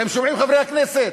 אתם שומעים, חברי הכנסת?